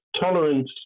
Tolerance